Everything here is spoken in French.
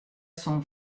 son